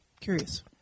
Curious